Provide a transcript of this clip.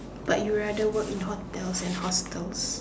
but you rather work in hotel and hostels